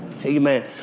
Amen